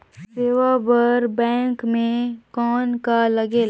सेवा बर बैंक मे कौन का लगेल?